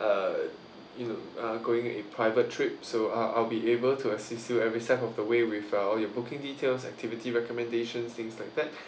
uh you uh going in a private trip so uh I'll be able to assist you every step of the way with uh all your booking details activity recommendation things like that